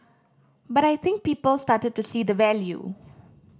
but I think people started to see the value